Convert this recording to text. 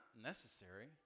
necessary